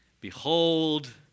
behold